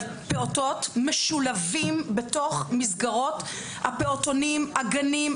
אבל פעוטות משולבים בתוך מסגרות הפעוטונים, הגנים.